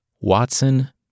Watson